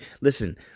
listen